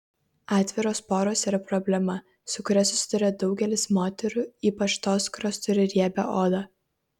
atviros poros yra problema su kuria susiduria daugelis moterų ypač tos kurios turi riebią odą